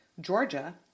Georgia